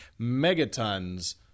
megatons